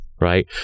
right